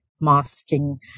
masking